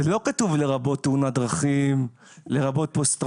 ולא כתוב לרבות תאונת דרכים, לרבות פוסט טראומה,